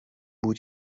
بود